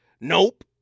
Nope